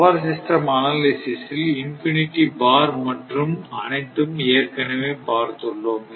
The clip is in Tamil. பவர் சிஸ்டம் அனாலிசிஸ் இல் இன்பினிட்டி பார் மற்றும் அனைத்தும் ஏற்கனவே பார்த்துள்ளோம்